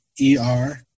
E-R